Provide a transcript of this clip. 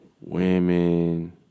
women